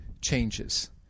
changes